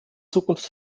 zukunft